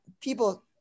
people